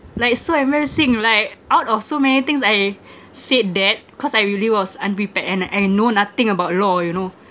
like so embarrassing like out of so many things I said that cause I really was unprepared and and I know nothing about law you know